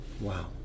Wow